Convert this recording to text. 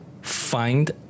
find